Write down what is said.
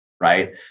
right